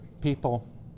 People